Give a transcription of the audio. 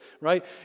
right